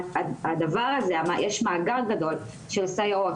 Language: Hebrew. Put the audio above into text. יש מאגר גדול של סייעות,